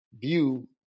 view